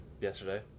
yesterday